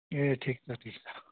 ए ठिक छ ठिक छ